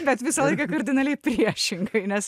bet visą laiką kardinaliai priešingai nes